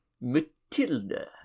Matilda